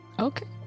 Okay